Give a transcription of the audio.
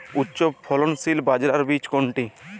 উচ্চফলনশীল বাজরার বীজ কোনটি?